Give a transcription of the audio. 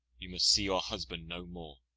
you must see your husband no more.